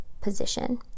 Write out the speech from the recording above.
position